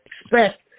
expect